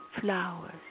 flowers